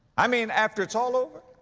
i mean, after it's all over,